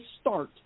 start